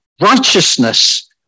righteousness